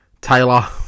Taylor